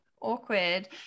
awkward